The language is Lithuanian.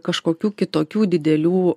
kažkokių kitokių didelių